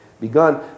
begun